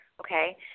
Okay